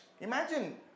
Imagine